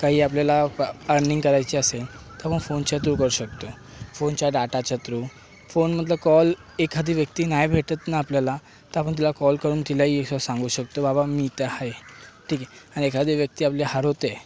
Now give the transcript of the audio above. काही आपल्याला अर्निंग करायची असेन त मग फोनच्या थ्रू करू शकतो फोनच्या डाटाच्या थ्रू फोनमधलं कॉल एखादी व्यक्ती नाही भेटत न आपल्याला तर आपण तिला कॉल करून तिलाही असं सांगू शकतो बाबा मी इथं आहे ठीक आहे आणि एखादी व्यक्ती आपली हरवते